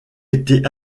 été